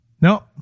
No